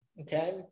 Okay